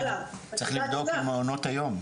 צריך לבדוק עם מעונות היום,